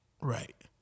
Right